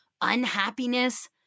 unhappiness